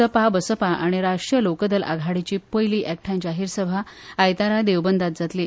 सपा बसपा आनी राष्ट्रीय लोकदल आघाडीची पयली एकठांय जाहिर सभा आयतारा देवबंदांत जातली